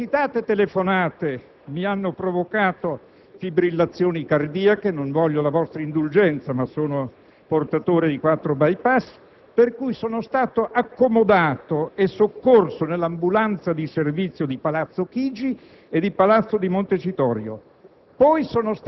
Le concitate telefonate mi hanno provocato fibrillazioni cardiache (non voglio la vostra indulgenza, ma sono portatore di quattro *bypass*), per cui sono stato accomodato e soccorso nell'ambulanza di servizio di Palazzo Chigi o di Palazzo Montecitorio.